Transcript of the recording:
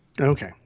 Okay